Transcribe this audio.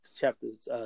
chapters